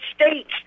states